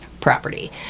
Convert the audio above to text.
property